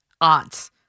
odds